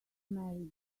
marry